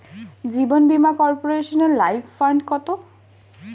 জীবন বীমা কর্পোরেশনের life fund কত?